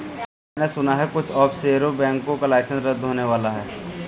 मैने सुना है कुछ ऑफशोर बैंकों का लाइसेंस रद्द होने वाला है